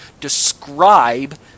describe